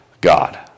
God